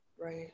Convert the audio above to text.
Right